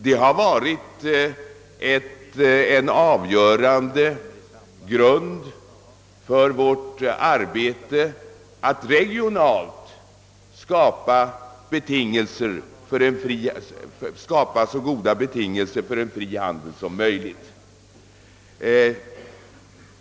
Det har varit en avgörande princip för vårt arbete att regionalt skapa så goda betingelser för en fri handel som möjligt.